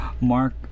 Mark